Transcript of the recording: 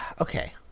okay